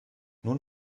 nun